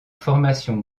formation